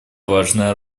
важная